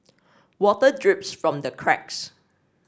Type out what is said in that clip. water drips from the cracks